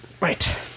Right